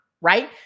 right